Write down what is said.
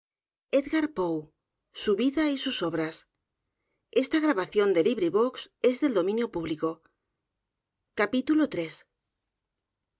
su vida y sus obras